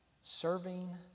Serving